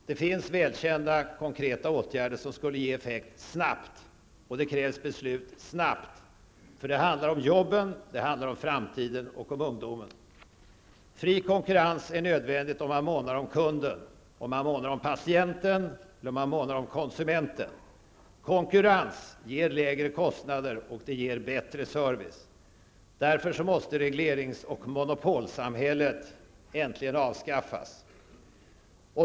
Det finns välkända konkreta åtgärder som skulle ge effekt snabbt, och det krävs beslut snabbt -- det handlar om jobben, det handlar om framtiden och det handlar om ungdomen. Fri konkurrens är nödvändig om man månar om kunden, om man månar om patienten eller om man månar om konsumenten. Konkurrens ger lägre kostnader och bättre service. Därför måste reglerings och monopolsamhället äntligen avskaffas.